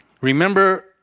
Remember